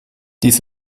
dies